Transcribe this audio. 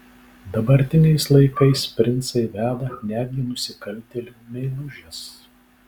dabartiniais laikais princai veda netgi nusikaltėlių meilužes